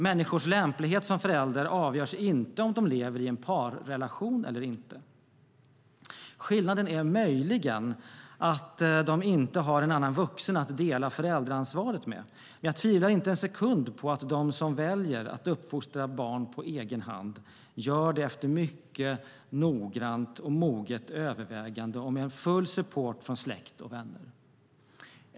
Människors lämplighet som förälder avgörs inte av om de lever i en parrelation eller inte. Skillnaden är möjligen att de inte har en annan vuxen att dela föräldraansvaret med. Men jag tvivlar inte en sekund på att de som väljer att uppfostra barn på egen hand gör det efter mycket noggrant och moget övervägande och med full support från släkt och vänner.